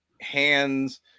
hands